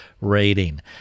rating